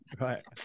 Right